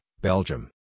Belgium